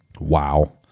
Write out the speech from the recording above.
wow